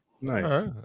Nice